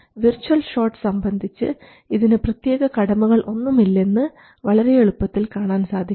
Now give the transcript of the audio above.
virtual shot സംബന്ധിച്ച് ഇതിന് പ്രത്യേകിച്ച് കടമകൾ ഒന്നുമില്ലെന്ന് വളരെ എളുപ്പത്തിൽ കാണാൻ സാധിക്കും